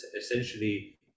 essentially